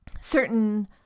certain